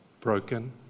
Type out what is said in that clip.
broken